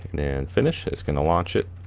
and and finish, it's gonna launch it.